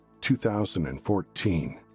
2014